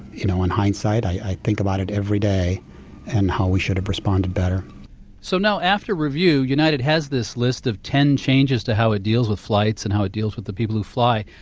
you know in hindsight, i think about it every day and how we should have responded better so now after review, united has this list of ten changes to how it deals with flights and how it deals with the people who fly.